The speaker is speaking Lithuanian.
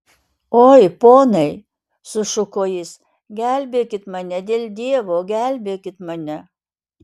oi ponai sušuko jis gelbėkit mane dėl dievo gelbėkit mane